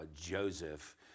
Joseph